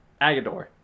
Agador